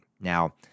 Now